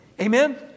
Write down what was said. Amen